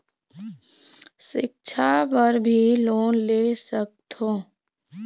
सिक्छा बर भी लोन ले सकथों?